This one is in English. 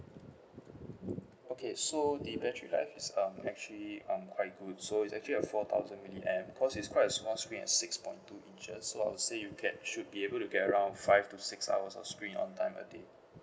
okay so the battery life is um actually um quite good so is actually a four thousand milliamp because is quite a small screen at six point two inches so I'll say you get should be able to get around fix to six hours of screen on time a day